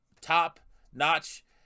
top-notch